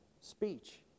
speech